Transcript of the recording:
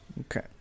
Okay